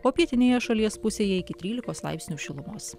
o pietinėje šalies pusėje iki trylikos laipsnių šilumos